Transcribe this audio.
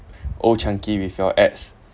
old chang kee with your ex